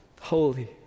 Holy